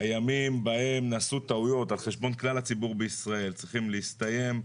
הימים בהם נעשו טעויות על חשבון כלל הציבור בישראל צריכים להסתיים,